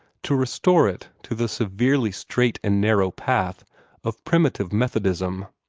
to restore it to the severely straight and narrow path of primitive methodism.